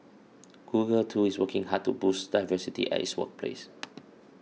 google too is working hard to boost diversity at its workplace